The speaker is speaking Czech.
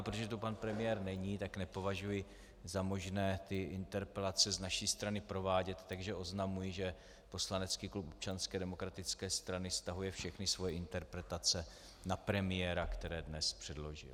Protože tu pan premiér není, tak nepovažuji za možné interpelace z naší strany provádět, takže oznamuji, že poslanecký klub Občanské demokratické strany stahuje všechny svoje interpelace na premiéra, které dnes předložil.